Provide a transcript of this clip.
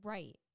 Right